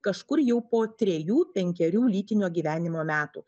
kažkur jau po trejų penkerių lytinio gyvenimo metų